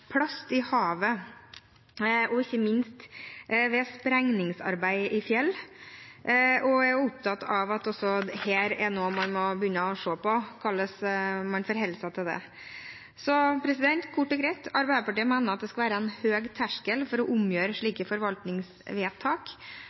plast i havet, ikke minst ved sprengningsarbeid i fjell, og er opptatt av at også dette er noe man må begynne å se på – hvordan man forholder seg til det. Kort og greit: Arbeiderpartiet mener at det skal være en høy terskel for å omgjøre slike forvaltningsvedtak.